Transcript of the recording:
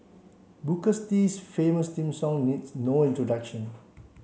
Booker T's famous theme song needs no introduction